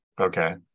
okay